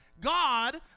God